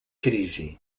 crisi